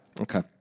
Okay